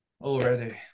already